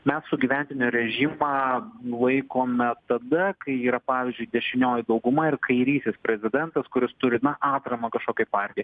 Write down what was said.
mes sugyventinio režimą laikome tada kai yra pavyzdžiui dešinioji dauguma ir kairysis prezidentas kuris turi na atramą kažkokiai partijai